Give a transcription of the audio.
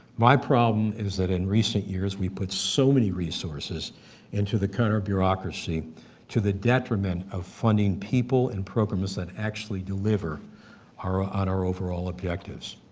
my problem is that in recent years we put so many resources into the counter-bureaucracy to the detriment of funding people and programs that actually deliver ah on our overall objectives.